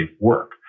work